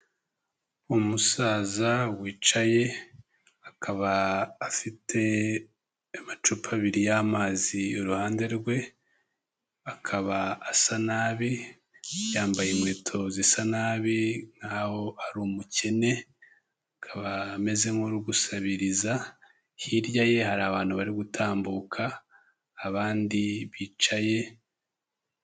Umusaza wicaye akaba afite amacupa abiri y'amazi iruhande rwe, akaba asa nabi yambaye inkweto zisa nabi nkaho ari umukene, akaba ameze nk'uri gusabiriza, hirya ye hari abantu bari gutambuka abandi bicaye.